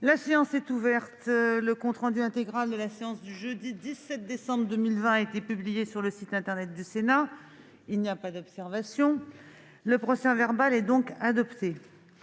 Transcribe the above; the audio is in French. La séance est ouverte. Le compte rendu intégral de la séance du jeudi 17 décembre 2020 a été publié sur le site internet du Sénat. Il n'y a pas d'observation ?... Le procès-verbal est adopté.